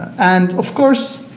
and, of course,